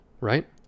right